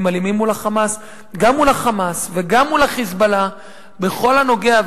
אלימים מול ה"חמאס" גם מול ה"חמאס" וגם מול ה"חיזבאללה" בכל הנוגע,